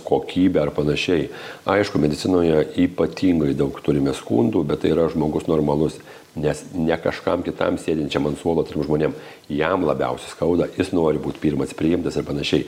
kokybę ar panašiai aišku medicinoje ypatingai daug turime skundų bet tai yra žmogus normalus nes ne kažkam kitam sėdinčiam ant suolo trim žmonėm jam labiausia skauda jis nori būt pirmas priimtas ir panašiai